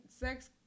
sex